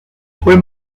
fue